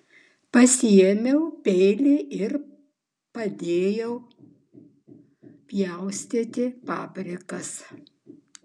pasiėmiau peilį ir padėjau pjaustyti paprikas